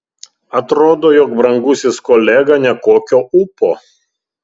atrodo jos brangusis kolega nekokio ūpo